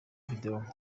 video